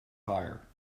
tyre